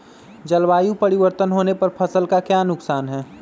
जलवायु परिवर्तन होने पर फसल का क्या नुकसान है?